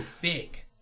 big